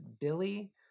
Billy